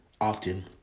often